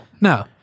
no